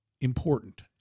important